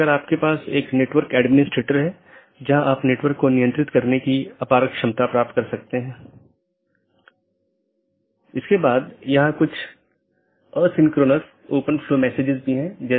BGP को एक एकल AS के भीतर सभी वक्ताओं की आवश्यकता होती है जिन्होंने IGBP कनेक्शनों को पूरी तरह से ठीक कर लिया है